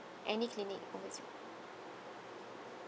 any clinic overseas